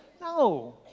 No